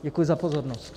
Děkuji za pozornost.